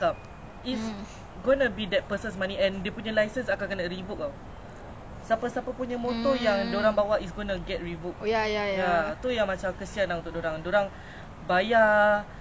can like my friend no err family member that can pay you see my friend um jual his motor to this kid he haven't even get his license